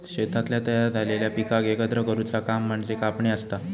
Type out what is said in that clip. शेतातल्या तयार झालेल्या पिकाक एकत्र करुचा काम म्हणजे कापणी असता